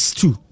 two